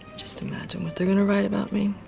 just imagine what they're gonna write about me.